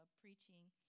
preaching